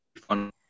fun